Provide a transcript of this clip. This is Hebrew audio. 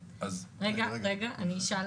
אני אשמח